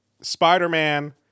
spider-man